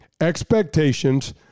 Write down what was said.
expectations